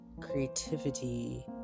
creativity